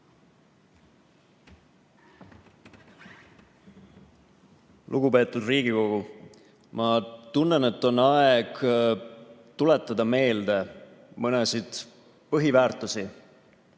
Lugupeetud Riigikogu! Ma tunnen, et on aeg tuletada meelde mõningaid põhiväärtusi,